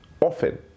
Often